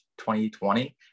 2020